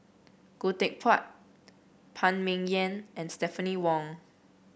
Khoo Teck Puat Phan Ming Yen and Stephanie Wong